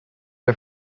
her